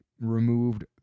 removed